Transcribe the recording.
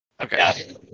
Okay